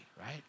right